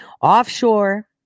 offshore